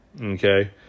Okay